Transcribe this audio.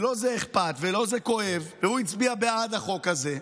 לו זה אכפת ולו זה כואב והוא הצביע בעד החוק הזה,